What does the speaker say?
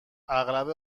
اغلب